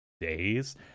days